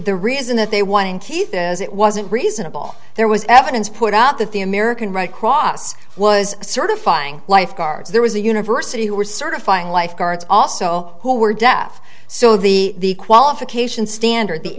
the reason that they wanted it wasn't reasonable there was evidence put out that the american red cross was certifying lifeguard's there was a university who were certifying lifeguards also who were deaf so the qualification standard the